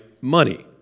money